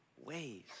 ways